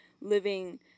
living